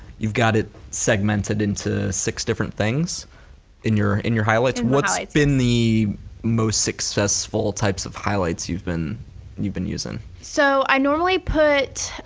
you've got it segmented into six different things in your in your highlights. what's like been the most successful types of highlights you've been you've been using? so i normally put